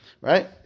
right